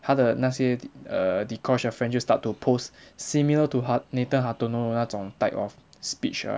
他的那些 err dee kosh 的 friend 就 start to posts similar to hart~ nathan hartono 的那种 type of speech ah